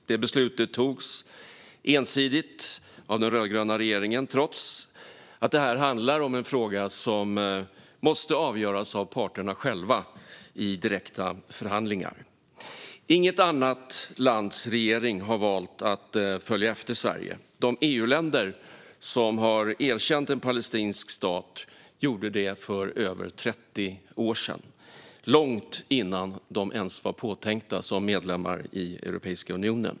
Det beslutet togs ensidigt av den rödgröna regeringen trots att det handlar om en fråga som måste avgöras av parterna själva i direkta förhandlingar. Inget annat lands regering har valt att följa efter Sverige. De EU-länder som har erkänt en palestinsk stat gjorde det för över 30 år sedan, långt innan de ens var påtänkta som medlemmar i Europeiska unionen.